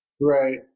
Right